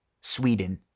Sweden